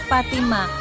Fatima